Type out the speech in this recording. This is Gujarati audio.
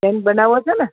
જૈન બનાવો છો ને